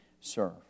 serve